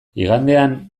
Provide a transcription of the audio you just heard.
igandean